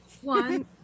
One